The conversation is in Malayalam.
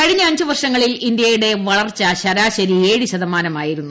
കഴിഞ്ഞ അഞ്ച് വർഷങ്ങളിൽ ഇന്ത്യയുടെ വളർച്ച ശരാശരി ഏഴ് ശതമാനം ആയിരുന്നു